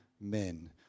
men